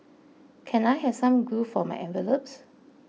can I have some glue for my envelopes